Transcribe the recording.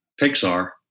Pixar